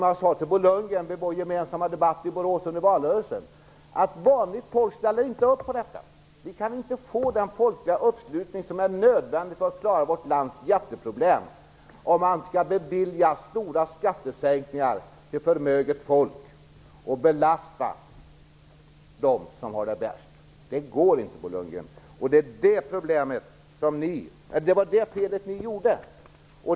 Jag sade till Bo Lundgren i vår gemensamma debatt i Borås under valrörelsen att vanligt folk inte ställer upp på detta. Man kan inte få den folkliga uppslutning som är nödvändig för att klara vårt lands jätteproblem genom att bevilja stora skattesänkningar för förmöget folk och belasta dem som har det värst. Det går inte, Bo Lundgren. Det var det fel som ni gjorde.